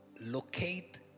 Locate